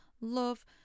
love